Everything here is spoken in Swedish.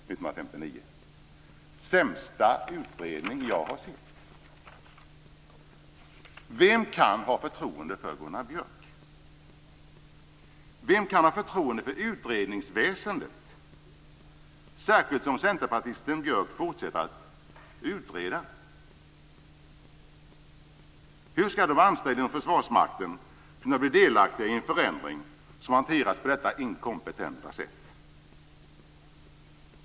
Nu skriver Vem kan ha förtroende för Gunnar Björk? Vem kan ha förtroende för utredningsväsendet, särskilt som centerpartisten Björk fortsätter att utreda? Hur skall de anställda inom Försvarsmakten kunna bli delaktiga i en förändring som hanteras på detta inkompetenta sätt?